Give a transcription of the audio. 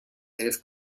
elf